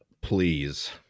Please